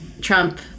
trump